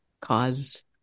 cause